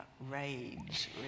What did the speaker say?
rage